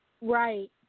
Right